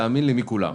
תאמין לי לומד מכולם.